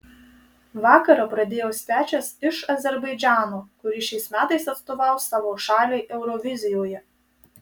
vakarą pradėjo svečias iš azerbaidžano kuris šiais metais atstovaus savo šaliai eurovizijoje